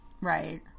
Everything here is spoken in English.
Right